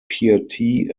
piety